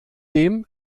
dem